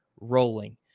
rolling